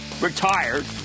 retired